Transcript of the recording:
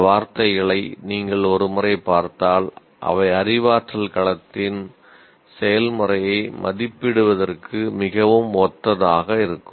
இந்த வார்த்தைகளை நீங்கள் ஒரு முறை பார்த்தால் அவை அறிவாற்றல் களத்தின் மிகவும் ஒத்ததாக இருக்கும்